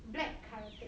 black carrot cake